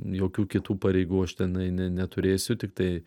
jokių kitų pareigų aš tenai ne neturėsiu tiktai